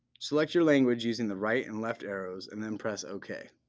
select your language using the right and left arrows, and then press ok.